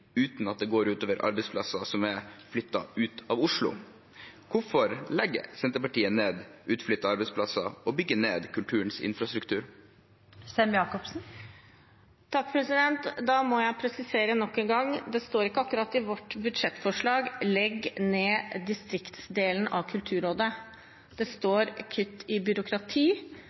uten at det går ut over arbeidsplasser som er flyttet ut av Oslo. Hvorfor legger Senterpartiet ned utflyttede arbeidsplasser og bygger ned kulturens infrastruktur? Da må jeg presisere nok en gang at det ikke står i vårt budsjettforslag: Legg ned distriktdelen av Kulturrådet. Det står kutt i byråkrati,